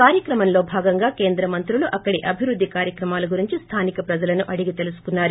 కార్యక్రమంలో భాగంగా కేంద్ర మంత్రులు అక్కడి అభివృద్ది కార్యక్రమాల గురించి స్లానిక ప్రజలను అండిగి తెలుసుకున్నారు